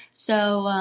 so,